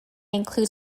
include